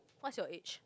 what's your age